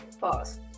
Pause